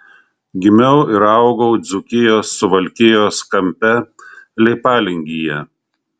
gimiau ir augau dzūkijos suvalkijos kampe leipalingyje